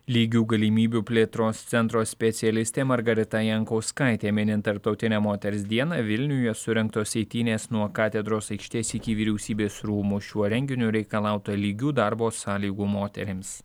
lygių galimybių plėtros centro specialistė margarita jankauskaitė minint tarptautinę moters dieną vilniuje surengtos eitynės nuo katedros aikštės iki vyriausybės rūmų šiuo renginiu reikalauta lygių darbo sąlygų moterims